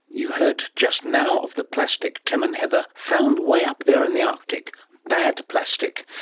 you heard just now of the plastic tim and heather found way up there in the arctic. bad plastic.